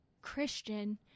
Christian